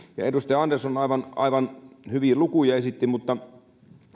edustaja andersson aivan aivan hyviä lukuja esitti mutta